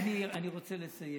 רוצה לסיים